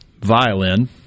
violin